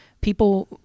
people